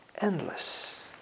endless